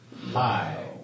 Hi